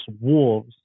wolves